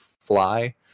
fly